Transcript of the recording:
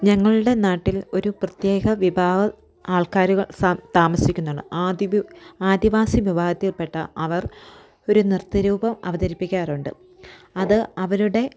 ഞങ്ങളുടെ നാട്ടിൽ ഒരു പ്രത്യേക വിഭാവം ആൾക്കാരുകൾ താമസിക്കുന്നുണ്ട് ആദിവാസി വിഭാവത്തിൽപ്പെട്ട അവർ ഒരു നൃത്തരൂപം അവതരിപ്പിക്കാറുണ്ട് അത് അവരുടെ